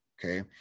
okay